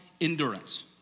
Endurance